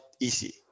easy